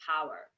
power